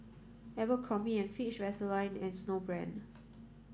Abercrombie and Fitch Vaseline and Snowbrand